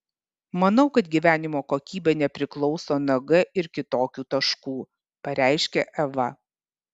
manau kad gyvenimo kokybė nepriklauso nuo g ir kitokių taškų pareiškė eva